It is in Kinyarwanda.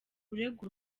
uregwa